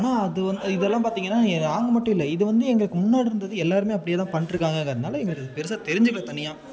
ஆனால் அது வந் அது இதெல்லாம் பார்த்தீங்கன்னா நாங்கள் மட்டும் இல்லை இதை வந்து எங்களுக்கு முன்னாடி இருந்தது எல்லாருமே அப்படியேதான் பண்ணிட்டு இருக்காங்கங்கிறதுனால எங்களுக்கு அது பெருசாக தெரிஞ்சிக்கல தனியாக